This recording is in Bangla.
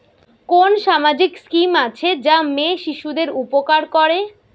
কোন সামাজিক স্কিম আছে যা মেয়ে শিশুদের উপকার করে?